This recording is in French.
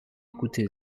écoutez